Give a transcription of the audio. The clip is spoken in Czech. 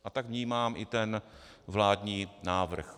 A tak vnímám i ten vládní návrh.